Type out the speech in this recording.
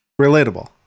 Relatable